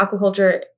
Aquaculture